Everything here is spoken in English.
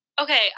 Okay